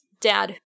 dad